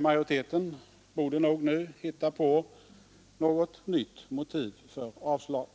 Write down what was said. Man borde hitta på något nytt motiv för avslag.